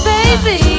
Baby